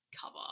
cover